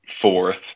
fourth